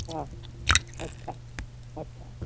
हा अच्छा अच्छा